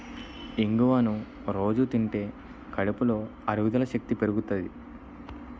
ఇంగువను రొజూ తింటే కడుపులో అరుగుదల శక్తి పెరుగుతాది